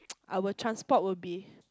our transport will be